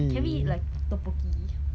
can we eat like